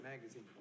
magazine